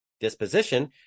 disposition